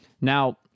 Now